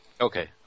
Okay